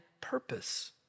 purpose